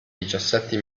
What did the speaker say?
diciassette